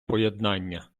поєднання